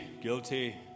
guilty